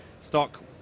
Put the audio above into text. stock